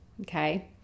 okay